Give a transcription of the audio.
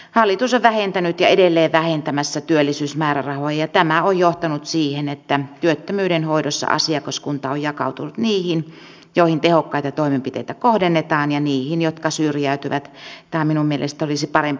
hallitus on vähentänyt ja edelleen vähentämässä työllisyysmäärärahoja ja tämä on johtanut siihen että työttömyyden hoidossa asiakaskunta on jakautunut niihin joihin tehokkaita toimenpiteitä kohdennetaan ja niihin jotka syrjäytyvät tai minun mielestäni olisi parempi sanoa